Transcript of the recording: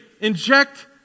inject